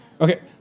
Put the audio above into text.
okay